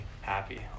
happy